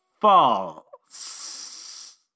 false